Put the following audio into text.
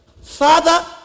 Father